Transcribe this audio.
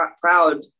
proud